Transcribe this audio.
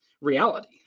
reality